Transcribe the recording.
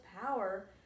power